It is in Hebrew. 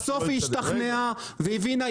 בסוף היא השתכנעה והבינה.